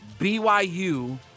BYU